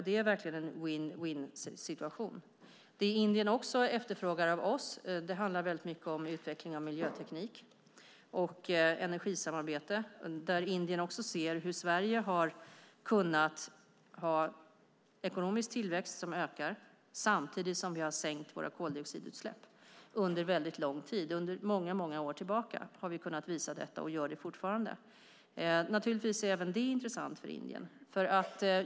Det är verkligen en win-win-situation. Vad Indien efterfrågar från oss handlar väldigt mycket om utvecklingen av miljöteknik och energisamarbete. Där ser Indien hur vi i Sverige har kunnat ha en ökande ekonomisk tillväxt samtidigt som vi under en lång tid har minskat våra koldioxidutsläpp. Sedan många år tillbaka har vi kunnat visa detta och gör det fortfarande. Naturligtvis är även det intressant för Indien.